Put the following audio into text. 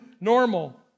normal